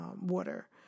water